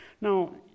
Now